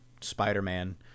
spider-man